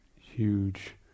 huge